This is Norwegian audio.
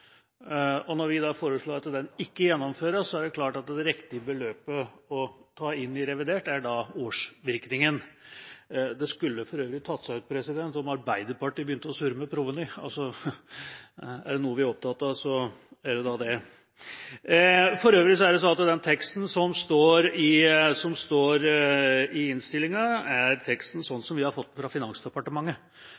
Når vi foreslår at den ikke gjennomføres, er det klart at det riktige beløpet å ta inn i revidert er årsvirkningen. Det skulle for øvrig tatt seg ut om Arbeiderpartiet begynte å surre med proveny. Er det noe vi er opptatt av, så er det det. For øvrig er det slik at den teksten som står i innstillinga, er teksten vi har fått fra Finansdepartementet for å få avklart det spørsmålet. Da håper jeg det er